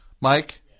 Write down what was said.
Mike